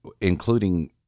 including